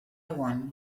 one